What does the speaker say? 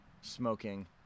smoking